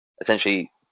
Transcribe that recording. essentially